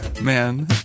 Man